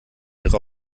ihre